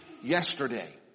yesterday